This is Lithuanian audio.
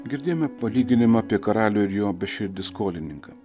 girdėjome palyginimą apie karalių ir jo beširdį skolininką